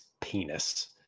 penis